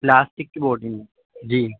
plastic کی body میں جی